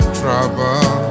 trouble